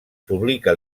publica